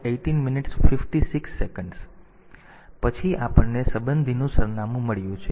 પછી આપણને સંબંધીનું સરનામું મળ્યું છે